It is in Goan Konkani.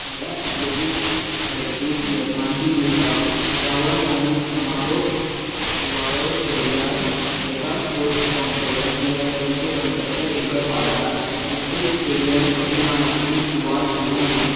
सगळ्या ऐथ्लेटिक्स सर्तीक येजमानकी दिवपाक उक्तावण आनी समारोप सुवाळो सोडल्यार मेगा स्पोर्ट्स कम्प्लेक्सांतल्या दोनशे पंच्चातर एकर वाठारांत मुखेल स्टेडीयम अभिमानाची सुवात घेवन आसा